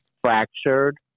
fractured